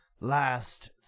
last